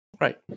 Right